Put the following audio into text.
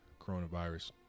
coronavirus